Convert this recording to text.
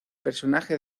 personaje